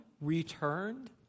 returned